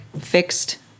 fixed